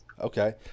Okay